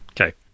Okay